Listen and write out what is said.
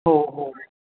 हो हो